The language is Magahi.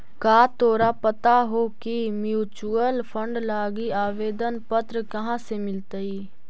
का तोरा पता हो की म्यूचूअल फंड लागी आवेदन पत्र कहाँ से मिलतई?